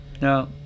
No